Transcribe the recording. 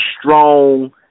strong